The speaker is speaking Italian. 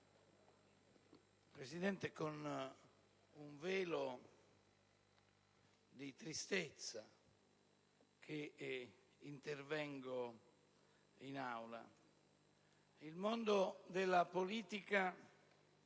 Presidente, è con un velo di tristezza che intervengo in Aula. Il mondo della politica